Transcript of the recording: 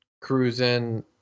cruising